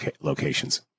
locations